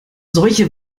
solche